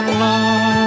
love